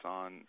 on